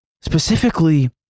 specifically